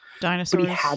Dinosaurs